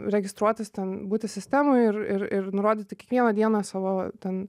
registruotis ten būti sistemoj ir ir nurodyti kiekvieną dieną savo ten